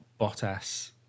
Bottas